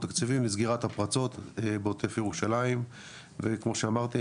תקציביים לסגירת הפרצות בעוטף ירושלים וכמו שאמרתי,